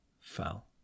fell